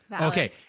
okay